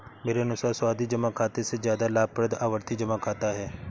मेरे अनुसार सावधि जमा खाते से ज्यादा लाभप्रद आवर्ती जमा खाता है